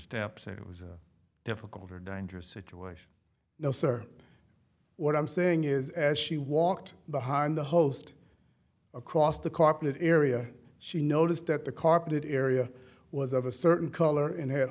steps it was difficult or dangerous situation no sir what i'm saying is as she walked behind the host across the carpet area she noticed that the carpeted area was of a certain color and h